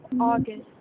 August